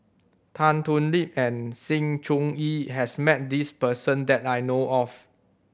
Tan Thoon Lip and Sng Choon Yee has met this person that I know of